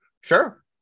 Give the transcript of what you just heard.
Sure